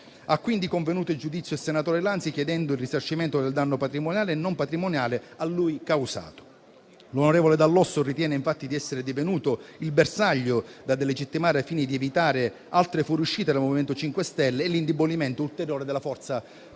Ha quindi convenuto in giudizio il senatore Lanzi, chiedendo il risarcimento del danno patrimoniale e non patrimoniale a lui causato. L'onorevole Dall'Osso ritiene infatti di essere divenuto il bersaglio da delegittimare ai fini di evitare altre fuoriuscite dal MoVimento 5 Stelle e l'indebolimento ulteriore della forza politica.